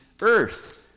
Earth